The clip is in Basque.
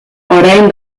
orain